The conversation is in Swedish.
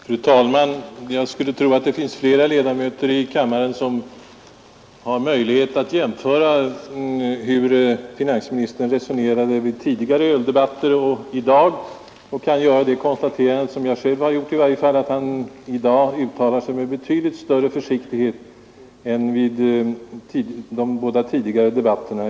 Fru talman! Jag skulle tro att det finns flera ledamöter i kammaren som har möjlighet att jämföra hur finansministern resonerat vid tidigare öldebatter och i dag och kan göra det konstaterande som jag i varje fall själv har gjort att han i dag uttalar sig med betydligt större försiktighet än vid de båda tidigare debatterna.